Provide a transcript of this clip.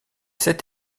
sept